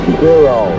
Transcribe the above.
zero